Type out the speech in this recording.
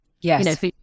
yes